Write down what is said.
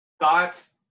Thoughts